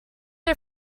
are